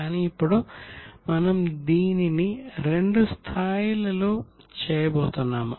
కానీ ఇప్పుడు మనం దీనిని రెండు స్థాయిలలో చేయబోతున్నాము